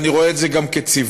ואני רואה את זה גם כציווי,